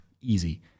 easy